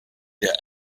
der